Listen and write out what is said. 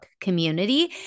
community